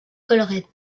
collerette